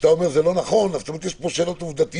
אם אתה אומר שזה לא נכון זה אומר שיש פה מחלוקת עובדתית.